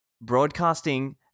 broadcasting